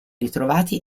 ritrovati